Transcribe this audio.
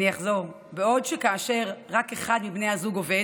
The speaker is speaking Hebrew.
אני אחזור: כאשר רק אחד מבני הזוג עובד,